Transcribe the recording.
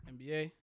NBA